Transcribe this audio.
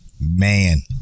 Man